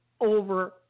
over